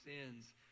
sins